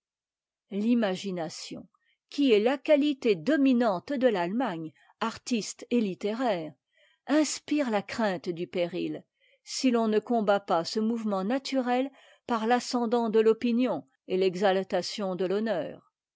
l'imagination qui est ta qualité dominante de t'attemagne artiste et littéraire inspire la crainte du péril si l'on ne combat pas ce mouvement naturel par l'ascendant de l'opinion et l'exaltation de l'honneur